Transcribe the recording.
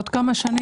עוד כמה שנים.